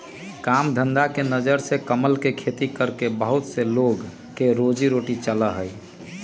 काम धंधा के नजर से कमल के खेती करके बहुत से लोग के रोजी रोटी चला हई